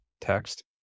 text